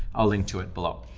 i'll link to it below.